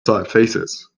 typefaces